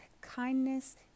Kindness